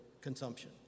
consumption